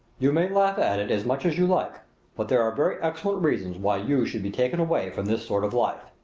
you may laugh at it as much as you like but there are very excellent reasons why you should be taken away from this sort of life.